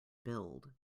build